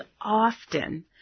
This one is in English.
often